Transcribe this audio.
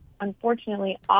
unfortunately